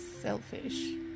selfish